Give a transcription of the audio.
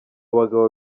bagabo